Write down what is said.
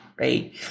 Right